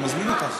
אני מזמין אותך.